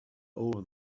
over